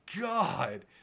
God